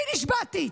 בי נשבעתי.